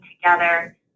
together